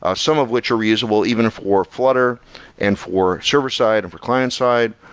ah some of which are reusable even for flutter and for server-side and for client-side.